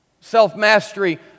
self-mastery